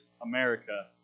America